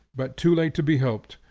but too late to be helped,